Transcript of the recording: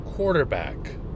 quarterback